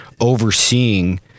overseeing